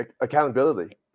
accountability